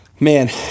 Man